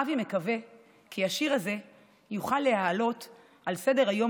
אבי מקווה כי השיר הזה יוכל להעלות על סדר-היום